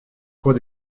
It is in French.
cours